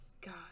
God